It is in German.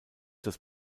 das